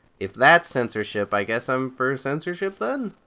if that's censorship, i guess i'm for censorship then?